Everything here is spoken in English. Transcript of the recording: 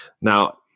Now